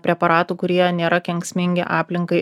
preparatų kurie nėra kenksmingi aplinkai